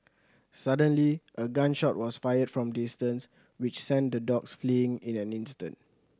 suddenly a gun shot was fired from distance which sent the dogs fleeing in an instant